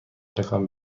تکان